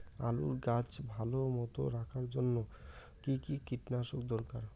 আলুর গাছ ভালো মতো রাখার জন্য কী কী কীটনাশক দরকার?